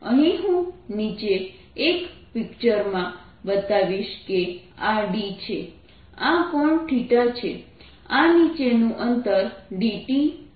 અહીં હું નીચે એક પિક્ચરમાં બતાવીશ કે આ d છે આ કોણ છે આ નીચેનું અંતર d t છે